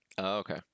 okay